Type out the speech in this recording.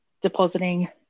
depositing